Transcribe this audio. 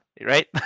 right